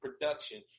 production